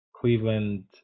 Cleveland